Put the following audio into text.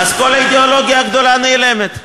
כל האידיאולוגיה הגדולה נעלמת.